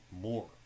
more